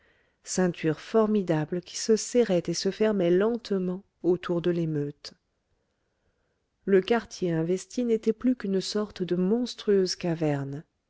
ceinture formidable qui se serrait et se fermait lentement autour de l'émeute le quartier investi n'était plus qu'une sorte de monstrueuse caverne